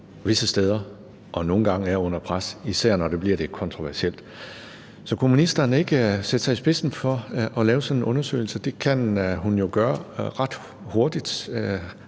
visse steder og nogle gange er under pres, især når det bliver lidt kontroversielt. Så kunne ministeren ikke sætte sig i spidsen for at lave sådan en undersøgelse? Det kan hun jo gøre ret hurtigt: